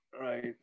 right